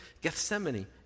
Gethsemane